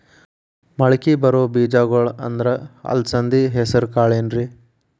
ಮಳಕಿ ಬರೋ ಬೇಜಗೊಳ್ ಅಂದ್ರ ಅಲಸಂಧಿ, ಹೆಸರ್ ಕಾಳ್ ಏನ್ರಿ?